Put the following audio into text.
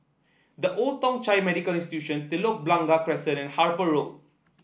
The Old Thong Chai Medical Institution Telok Blangah Crescent and Harper Road